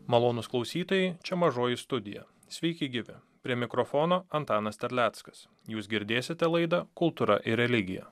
malonūs klausytojai čia mažoji studija sveiki gyvi prie mikrofono antanas terleckas jūs girdėsite laidq kultūra ir religija